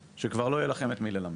שכבר לא יהיה לכם את מי ללמד.